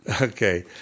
Okay